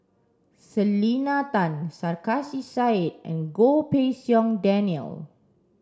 Selena Tan Sarkasi Said and Goh Pei Siong Daniel